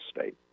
state